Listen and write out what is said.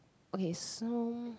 okay so